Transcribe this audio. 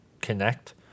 connect